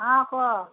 ହଁ କୁହ